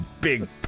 Big